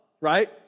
right